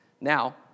Now